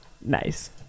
nice